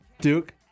Duke